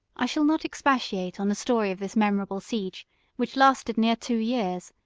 i shall not expatiate on the story of this memorable siege which lasted near two years,